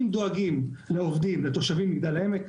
אם דואגים לעובדים ולתושבים במגדל העמק,